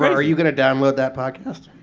are you going to download that podcast?